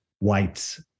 whites